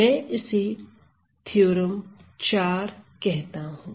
मैं इसे थ्योरम 4 कहता हूं